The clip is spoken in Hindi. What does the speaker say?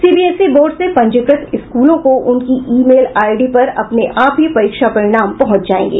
सीबीएसई बोर्ड से पंजीकृत स्कूलों को उनकी ई मेल आई डी पर अपने आप ही परीक्षा परिणाम पहुंच जाएंगे